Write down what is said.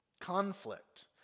conflict